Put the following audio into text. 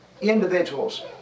individuals